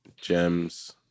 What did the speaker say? gems